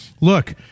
look